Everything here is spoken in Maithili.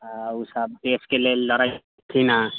आ ओसभ देशके लेल लड़ाइ कयलखिन हेँ